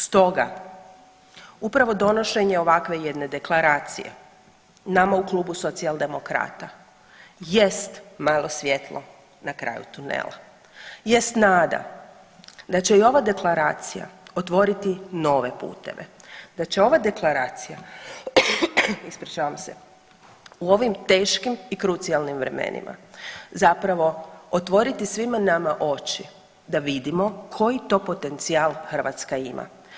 Stoga upravo donošenje ovakve jedne deklaracije nama u klubu Socijaldemokrata jest malo svjetlo na kraju tunela, jest nada da će i ova deklaracija otvoriti nove puteve, da će ova deklaracija u ovim teškim i krucijalnim vremenima zapravo otvoriti svima nama oči da vidimo koji to potencijal Hrvatska ima.